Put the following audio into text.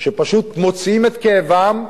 שפשוט מוציאים את כאבם,